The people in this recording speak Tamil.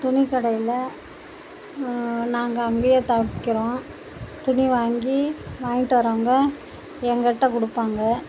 துணி கடையில் நாங்கள் அங்கேயே தைக்கிறோம் துணி வாங்கி வாங்கிட்டு வர்றவங்க எங்கள்கிட்ட கொடுப்பாங்க